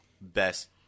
best